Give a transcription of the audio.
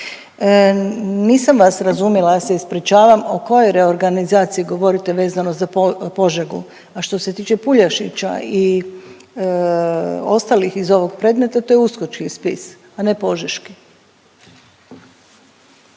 Nisam vas razumjela ja se ispričavam o kojoj reorganizaciji govorite vezano za Požegu. A što se tiče Puljašića i ostalih ih ovog predmeta to je uskočki spis, a ne Požeški.